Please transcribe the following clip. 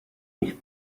nich